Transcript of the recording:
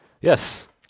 Yes